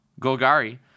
golgari